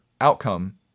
outcome